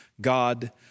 God